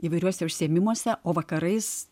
įvairiuose užsiėmimuose o vakarais